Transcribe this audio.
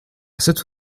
cette